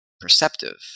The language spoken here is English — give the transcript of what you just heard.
perceptive